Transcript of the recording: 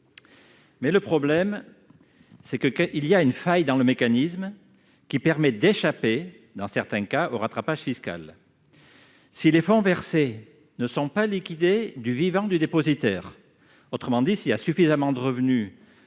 ainsi. Le problème, c'est qu'il y a une faille dans le mécanisme qui permet d'échapper, dans certains cas, au rattrapage fiscal. Si les fonds versés ne sont pas liquidés du vivant du dépositaire, autrement dit s'il y a suffisamment de revenus